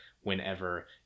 whenever